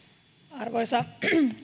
arvoisa